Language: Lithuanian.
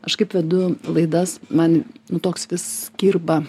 aš kaip vedu laidas man toks vis kirba